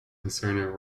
concerning